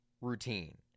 routine